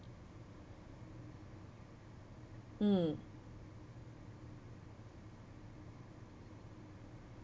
mm